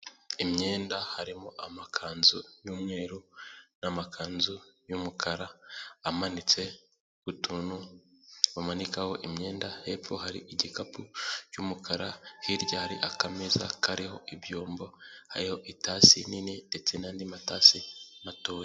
Imyenda harimo amakanzu y'umweru n'amakanzu y'umukara, amanitse ku tuntu bamanikaho imyenda, hepfo hari igikapu cy'umukara, hirya hari akameza kariho ibyombo, hariho itasi nini, ndetse n'andi matasi matoya.